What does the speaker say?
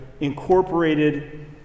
incorporated